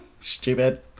stupid